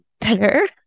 better